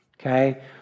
Okay